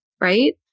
right